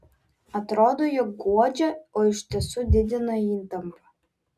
atrodo jog guodžia o iš tiesų didina įtampą